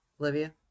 Olivia